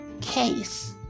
case